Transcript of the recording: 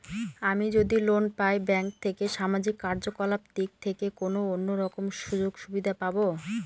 আমি যদি লোন পাই ব্যাংক থেকে সামাজিক কার্যকলাপ দিক থেকে কোনো অন্য রকম সুযোগ সুবিধা পাবো?